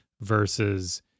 versus